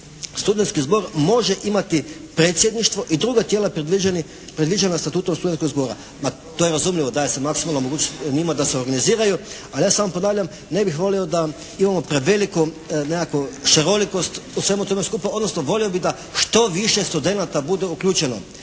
studentski zbor može imati predsjedništvo i druga tijela predviđena statutom studentskog zbora. Ma to je razumljivo, daje se maksimalna mogućnost njima da se organiziraju, ali ja samo ponavljam ne bih volio da imamo preveliko nekakvu šarolikost u svemu tome skupa, odnosno volio bih da što više studenata bude uključeno.